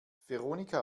veronika